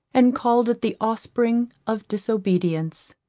and called it the offspring of disobedience.